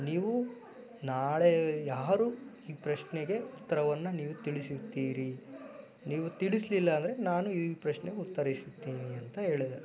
ನೀವು ನಾಳೆ ಯಾರು ಈ ಪ್ರಶ್ನೆಗೆ ಉತ್ತರವನ್ನು ನೀವು ತಿಳಿಸುತ್ತೀರಿ ನೀವು ತಿಳಿಸಲಿಲ್ಲ ಅಂದರೆ ನಾನು ಈ ಪ್ರಶ್ನೆಗೆ ಉತ್ತರಿಸುತ್ತೇನೆ ಅಂತ ಹೇಳಿದೆ